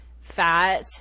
fat